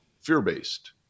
fear-based